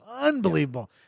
unbelievable